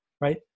right